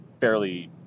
fairly